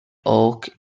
oak